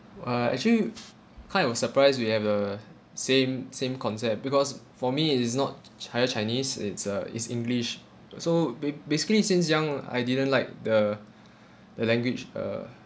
uh actually kind of surprised we have the same same concept because for me it is not ch~ chi~ chinese it's uh is english b~ so ba~ basically since young I didn't like the the language uh